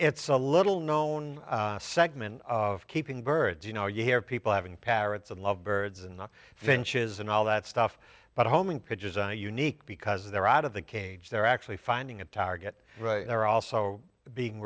it's a little known segment of keeping birds you know you hear people having parents and love birds and finches and all that stuff but homing pigeons are unique because they're out of the cage they're actually finding a target they're also being